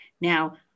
Now